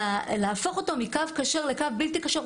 להפוך אותו מקו כשר לקו בלתי כשר,